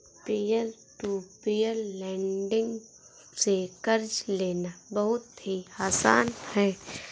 peer to peer lending से कर्ज लेना बहुत ही आसान है